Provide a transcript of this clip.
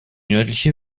nördliche